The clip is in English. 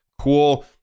Cool